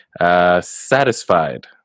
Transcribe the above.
Satisfied